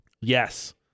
Yes